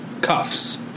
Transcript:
cuffs